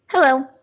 Hello